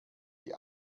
die